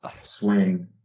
swing